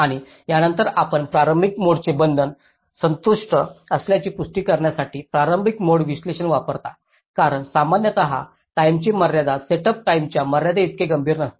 आणि त्यानंतर आपण प्रारंभिक मोडचे बंधन संतुष्ट असल्याची पुष्टी करण्यासाठी प्रारंभिक मोड विश्लेषण वापरता कारण सामान्यत टाईमची मर्यादा सेट अप टाईमच्या मर्यादेइतकी गंभीर नसते